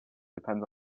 depends